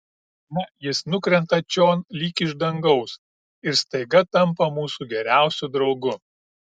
na jis nukrenta čion lyg iš dangaus ir staiga tampa mūsų geriausiu draugu